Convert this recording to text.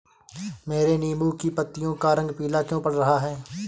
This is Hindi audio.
मेरे नींबू की पत्तियों का रंग पीला क्यो पड़ रहा है?